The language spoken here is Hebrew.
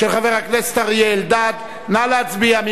של חבר הכנסת אריה אלדד נא להצביע.